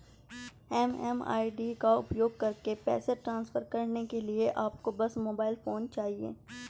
MMID का उपयोग करके पैसे ट्रांसफर करने के लिए आपको बस मोबाइल फोन चाहिए